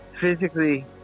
Physically